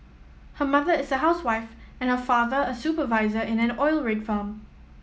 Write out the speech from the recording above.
her mother is a housewife and her father a supervisor in an oil rig firm